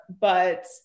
But-